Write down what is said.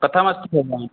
कथमस्ति भवान्